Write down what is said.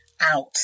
out